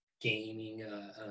gaming